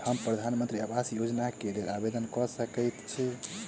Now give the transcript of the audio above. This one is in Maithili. हम प्रधानमंत्री आवास योजना केँ लेल आवेदन कऽ सकैत छी?